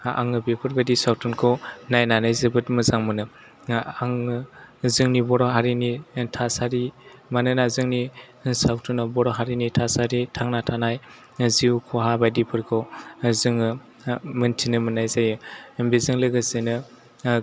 हा आङो बेफोरबादि सावथुनखौ नायनानै जोबोर मोजां मोनो आङो जोंनि बर' हारिनि थासारि मानोना जोंनि सावथुनाव बर' हारिनि थासारि थांना थानाय जिउ खहा बायदिफोरखौ जोङो मिन्थिनो मोननाय जायो बेजों लोगोसेनो